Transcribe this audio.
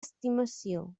estimació